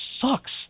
sucks